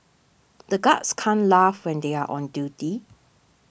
the guards can't laugh when they are on duty